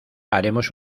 haremos